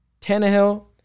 Tannehill